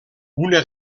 una